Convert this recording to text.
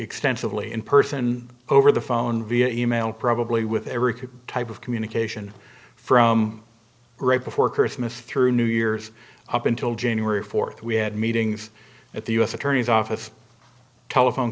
extensively in person over the phone via e mail probably with every type of communication from right before christmas through new years up until january fourth we had meetings at the u s attorney's office telephone